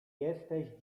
jesteś